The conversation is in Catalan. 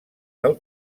del